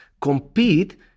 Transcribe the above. compete